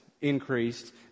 increased